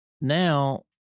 Now